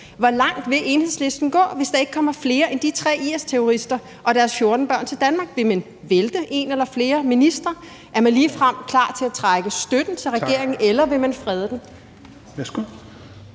Hvor langt vil Enhedslisten gå, hvis der ikke kommer flere end de 3 IS-terrorister og deres 14 børn til Danmark? Vil man vælte en eller flere ministre? Er man ligefrem klar til at trække støtten til regeringen, eller vil man frede den?